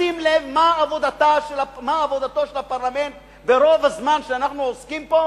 נשים לב מה עבודתו של הפרלמנט ברוב הזמן שאנחנו עוסקים פה,